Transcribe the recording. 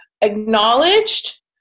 acknowledged